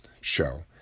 show